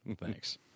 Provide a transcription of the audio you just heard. Thanks